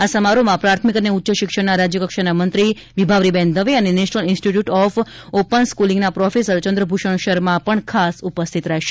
આ સમારોહમાં પ્રાથમિક અને ઉચ્ચ શિક્ષણના રાજ્યકક્ષાના મંત્રી વિભાવરીબેન દવે અને નેશનલ ઇન્સ્ટીટયૂટ ઓફ ઓપન સ્કૂલીંગના પ્રોફેસર ચંદ્રભૂષણ શર્મા પણ ખાસ ઉપસ્થિત રહેશે